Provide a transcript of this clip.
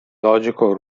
logico